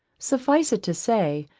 suffice it to say,